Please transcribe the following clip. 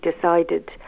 decided